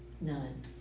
None